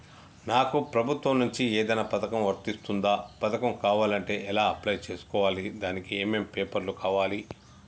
నాకు ప్రభుత్వం నుంచి ఏదైనా పథకం వర్తిస్తుందా? పథకం కావాలంటే ఎలా అప్లై చేసుకోవాలి? దానికి ఏమేం పేపర్లు కావాలి?